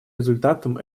результатам